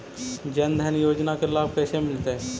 जन धान योजना के लाभ कैसे मिलतै?